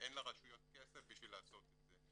שאין לרשויות כסף בשביל לעשות את זה.